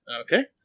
Okay